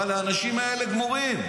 אבל האנשים האלה גמורים.